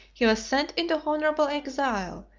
he was sent into honorable exile,